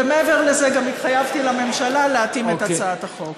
ומעבר לזה גם התחייבתי לממשלה להתאים את הצעת החוק.